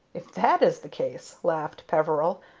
if that is the case, laughed peveril,